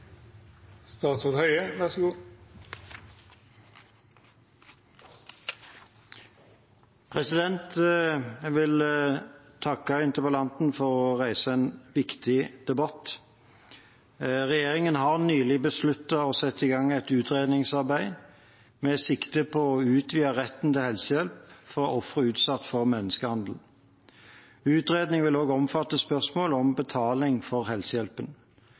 Jeg vil takke interpellanten for å reise en viktig debatt. Regjeringen har nylig besluttet å sette i gang et utredningsarbeid med sikte på å utvide retten til helsehjelp for ofre utsatt for menneskehandel. Utredningen vil også omfatte spørsmålet om betaling for helsehjelpen.